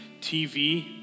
TV